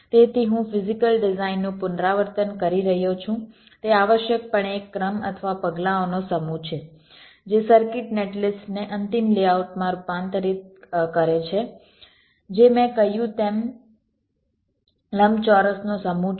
તેથી હું ફિઝીકલ ડિઝાઇનનું પુનરાવર્તન કરી રહ્યો છું તે આવશ્યકપણે એક ક્રમ અથવા પગલાંઓનો સમૂહ છે જે સર્કિટ નેટલિસ્ટને અંતિમ લેઆઉટમાં રૂપાંતરિત કરે છે જે મેં કહ્યું તેમ લંબચોરસનો સમૂહ છે